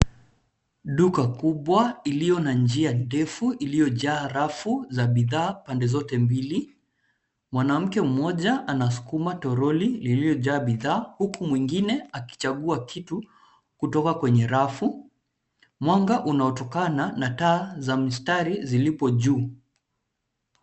Duka kubwa iliyo na njia ndefu, iliyojaa rafu za bidhaa pande zote mbili. Mwanamke mmoja anasukuma toroli lililojaa bidhaa huku mwingine akichagua kitu kutoka kwenye rafu. Mwanga unaotokana na taa za mistari zilizo juu.